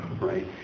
right